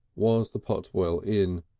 was the potwell inn.